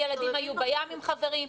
הילדים היו בים עם חברים,